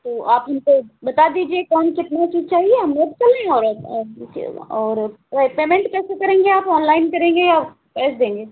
तो आप हमको बता दीजिए कौन कितना चीज चाहिए हम नोट कर लें और अब के व और पेमेन्ट कैसे करेंगे आप ऑनलाइन करेंगे या कैस देंगे